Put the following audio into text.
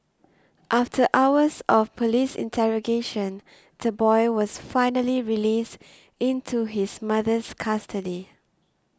after hours of police interrogation the boy was finally released into his mother's custody